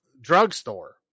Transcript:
drugstore